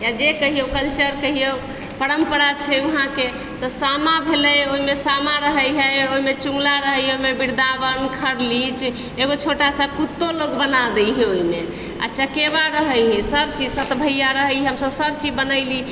या जे कहियो कल्चर कहियो परम्परा छै वहाँके तऽ सामा भेलय ओइमे सामा रहय हइ ओइमे चुगिला रहय हइ ओइमे वृंदावन खरली एगो छोटासँ कुत्तो लोक बना दैये ओइमे आओर चकेबा रहय हइ सब चीज सतभैया रहय हइ हमसभ सब चीज बनैली